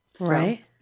Right